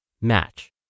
match